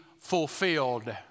fulfilled